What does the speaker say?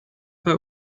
bei